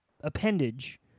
appendage